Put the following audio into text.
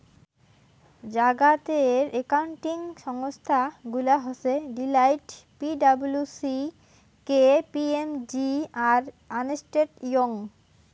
জাগাতের একাউন্টিং সংস্থা গুলা হসে Deloitte, P W C, K P M G, আর আর্নেস্ট ইয়ং